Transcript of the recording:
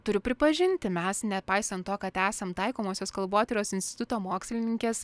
turiu pripažinti mes nepaisant to kad esam taikomosios kalbotyros instituto mokslininkės